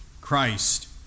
Christ